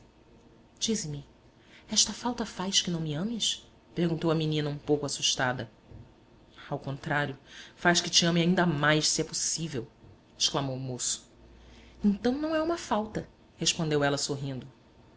esta falta faz que não me ames perguntou a menina um pouco assustada ao contrário faz que te ame ainda mais se é possível exclamou o moço então não é uma falta respondeu ela sorrindo